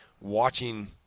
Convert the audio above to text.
watching